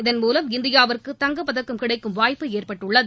இதன்மூலம் இந்தியாவுக்கு தங்கப் பதக்கம் கிடைக்கும் வாய்ப்பு ஏற்பட்டுள்ளது